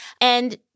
And-